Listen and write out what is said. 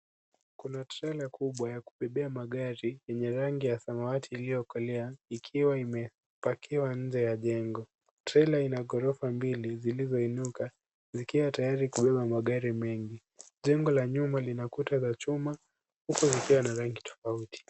Kuna trela kubwa ya kubebea magari yenye rangi ya samawati iliyokolea ikiwa imepakiwa nje ya jengo. Trela ina ghorofa mbili zilizoinuka zikiwa tayari kubeba magari mengi. Jengo la nyuma lina kuta za chuma, huku zikiwa na rangi tofauti.